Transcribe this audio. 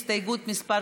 הסתייגות מס'